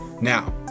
Now